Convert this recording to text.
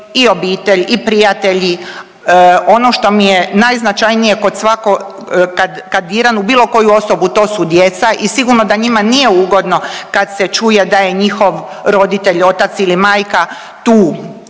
i obitelj i prijatelji, ono što mi je najznačajnije kod svakog, kad diram u bilo koju osobu to su djeca i sigurno da njima nije ugodno kad se čuje da je njihov roditelj, otac ili majka tu